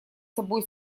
собой